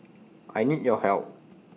I need your help